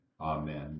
Amen